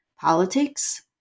politics